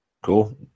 Cool